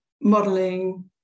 modeling